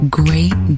great